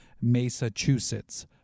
Massachusetts